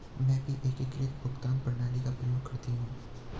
मैं भी एकीकृत भुगतान प्रणाली का प्रयोग करती हूं